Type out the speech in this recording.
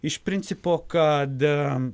iš principo kad